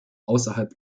außerhalb